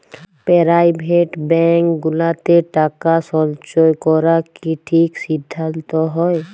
private bank গুলাতে টাকা সল্চয় ক্যরা কি ঠিক সিদ্ধাল্ত হ্যয়